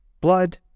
Blood